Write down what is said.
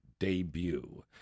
debut